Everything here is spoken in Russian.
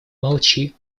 молчи